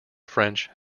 french